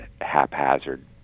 haphazard